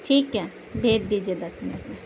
ٹھیک ہے بھیج دیجیے دس منٹ میں